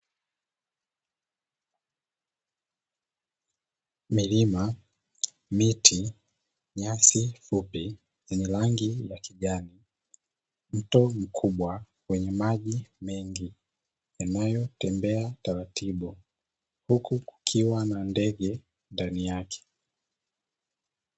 Milima, miti, nyasi fupi yenye rangi ya kijani, mto mkubwa wenye maji mengi yanayotembea taratibu huku kukiwa na ndege ndani yake.